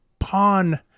Pawn